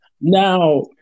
Now